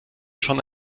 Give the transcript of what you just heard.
schon